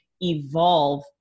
evolve